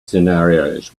scenarios